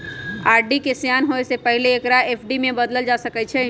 RD के सेयान होय से पहिले एकरा एफ.डी में न बदलल जा सकइ छै